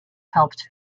helped